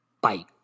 Bye